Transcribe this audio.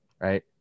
right